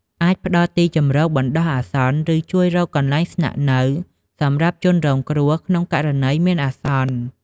អាចផ្តល់ទីជម្រកបណ្តោះអាសន្ន ឬជួយរកកន្លែងស្នាក់នៅសម្រាប់ជនរងគ្រោះក្នុងករណីមានអាសន្ន។